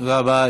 תודה רבה.